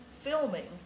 filming